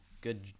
good